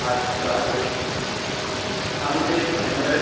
আচ্ছা হেৰি আমি যে এম এল এ